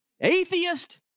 atheist